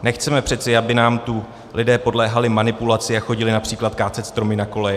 Nechceme přeci, aby nám tu lidé podléhali manipulaci a chodili například kácet stromy na koleje.